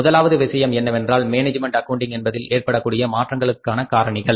முதலாவது விஷயம் என்னவென்றால் மேனேஜ்மென்ட் அக்கவுண்டிங் என்பதில் ஏற்படக்கூடிய மாற்றங்களுக்கான காரணிகள்